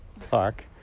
talk